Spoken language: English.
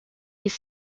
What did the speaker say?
his